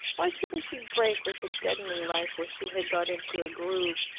why shouldn't she break with the deadening life where she had got into a groove,